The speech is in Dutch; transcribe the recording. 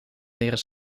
leren